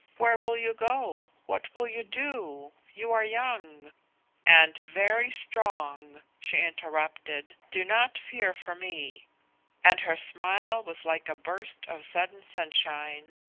where will you go? what will you do? you are young and very strong she interrupted. do not fear for me and her smile was like a burst of sudden sunshine.